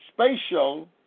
spatial